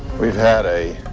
we've had a